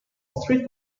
street